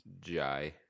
Jai